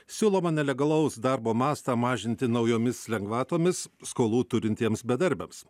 siūloma nelegalaus darbo mastą mažinti naujomis lengvatomis skolų turintiems bedarbiams